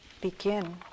begin